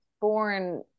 born